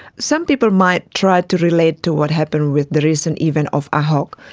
some people might try to relate to what happened with the recent event of ahok,